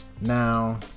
Now